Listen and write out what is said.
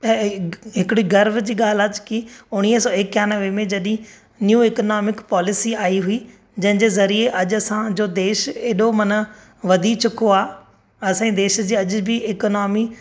ऐं हिकिड़ी गर्व जी ॻाल्हि आहे की उणिवीह सौ एकानवे में जॾहिं न्यू इकनोमिक पॉलिसी आई हुई जंहिंजे ज़रिए अॼु असांजो देश एॾो माना वधी चुको आहे असांजे देश जे अॼु बि इकनोमी